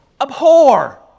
Abhor